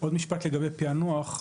עוד משפט לגבי פענוח,